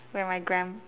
when my gramp~